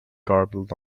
garbled